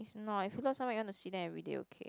it's not if you love someone you want to see them everyday okay